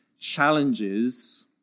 challenges